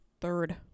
third